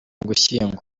ugushyingo